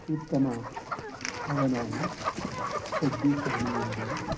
उत्तम भवनानि सज्जीकरणीयानि